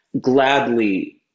gladly